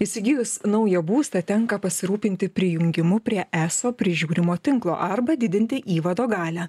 įsigijus naują būstą tenka pasirūpinti prijungimu prie eso prižiūrimo tinklo arba didinti įvado galią